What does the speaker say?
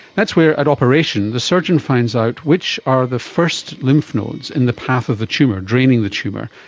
that's where at operation the surgeon finds out which are the first lymph nodes in the path of the tumour, draining the tumour,